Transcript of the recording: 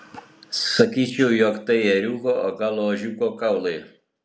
sakyčiau jog tai ėriuko o gal ožiuko kaulai